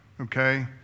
okay